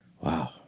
Wow